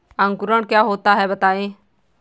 अंकुरण क्या होता है बताएँ?